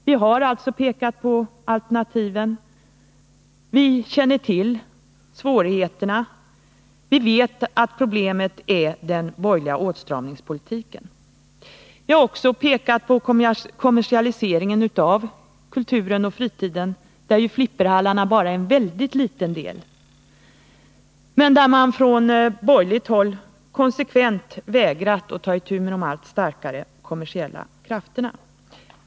Vi har pekat på alternativen, vi känner tillsvårigheterna, och vi vet att alternativen blir allt svårare att genomföra till följd av den borgerliga åtstramningspolitiken. Vi har pekat på kommersialiseringen av kulturen på fritiden, där ju flipperhallarna bara är en liten, liten del. Från borgerligt håll har man dock konsekvent vägrat att ta itu med de allt starkare kommersiella krafterna.